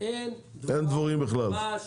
אין בכלל דבש.